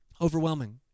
overwhelming